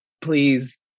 please